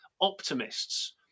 optimists